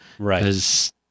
Right